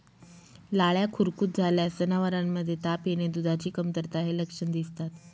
लाळ्या खुरकूत झाल्यास जनावरांमध्ये ताप येणे, दुधाची कमतरता हे लक्षण दिसतात